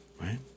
right